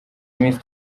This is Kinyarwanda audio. iminsi